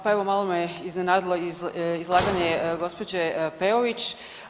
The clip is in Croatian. Pa evo malo me iznenadilo izlaganje gospođe Peović.